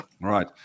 right